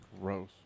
Gross